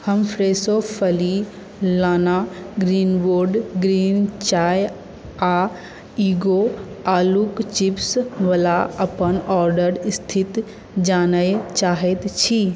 हम फ्रेशो फली लाना ग्रीनबोर्ड ग्रीन चाय आ ईगो आलूक चिप्सवला अपन ऑर्डरक स्थिति जानय चाहैत छी